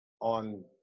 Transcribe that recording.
on